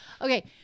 Okay